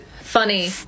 Funny